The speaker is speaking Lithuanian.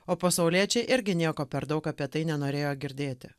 o pasauliečiai irgi nieko per daug apie tai nenorėjo girdėti